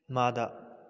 ꯃꯥꯗ